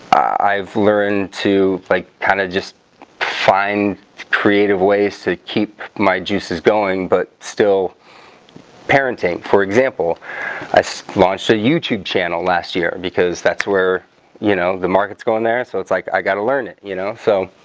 i've learned to like kind of just find creative ways to keep my juices going but still parenting for example ice launched a youtube channel last year because that's where you know the markets going there and so it's like i got to learn it you know so